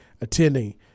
attending